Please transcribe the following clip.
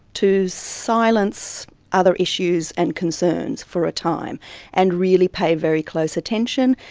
to silence other issues and concerns for a time and really pay very close attention,